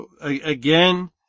again